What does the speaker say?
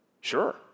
Sure